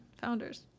founders